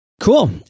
Cool